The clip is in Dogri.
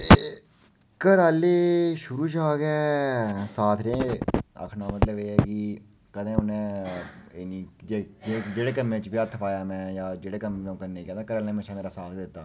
एह् घरै आह्ले शुरू शा गै साथ रेह् आक्खने दा मतलब एह् ऐ कि कदें उ'नें एह् नेईं जे जेह्ड़े कम्मै च बी हत्थ पाया में जां जेह्ड़े कम्मै बी अ'ऊं करने गी गेआ घरै आह्लें म्हेशां साथ गै दित्ता